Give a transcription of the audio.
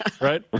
right